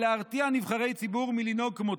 ולהרתיע נבחרי ציבור מלנהוג כמותו.